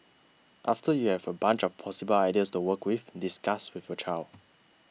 after you have a bunch of possible ideas to work with discuss with your child